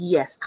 Yes